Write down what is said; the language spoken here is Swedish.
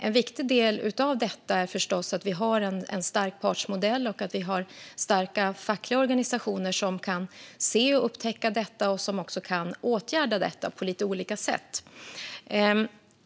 En viktig del är förstås att vi har en stark partsmodell och starka fackliga organisationer som kan se och upptäcka problemen och åtgärda dem på olika sätt.